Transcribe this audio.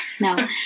No